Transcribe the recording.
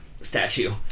statue